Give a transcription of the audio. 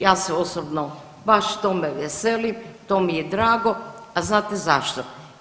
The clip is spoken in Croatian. Ja se osobno baš tome veselim, to mi je drago, a znate zašto?